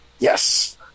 Yes